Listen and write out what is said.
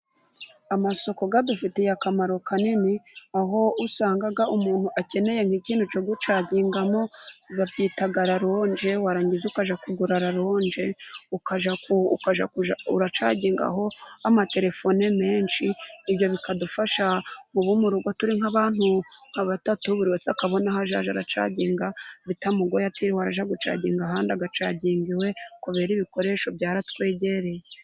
Amasoko adufitiye akamaro kanini ,aho usanga umuntu akeneye nk'ikintu cyo gucangiho bacyita lalonje warangiza ukajya kugura lalonje ukajya kujya uracagingaho amatelefone menshi, ibyo bikadufasha nk'ubu mu rugo turi nka batatu ,buri wese akabona aho azajya aracaginga bitamugoye ati wajya gucaginga ahandi, agacaginga iwe kubera ibikoresho byaratwegereye.